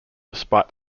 despite